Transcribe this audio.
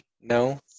no